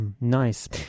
Nice